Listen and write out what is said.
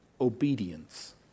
Obedience